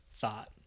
thought